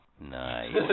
Nice